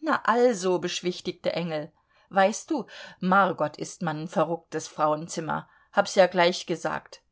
na also beschwichtigte engel weißt du margot ist man n verrucktes frauenzimmer hab's ja gleich gesagt